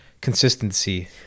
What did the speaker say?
consistency